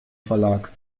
verlag